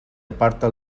aparta